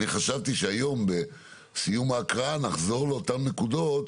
אני חשבתי שהיום בסיום ההקראה נחזור לאותן נקודות.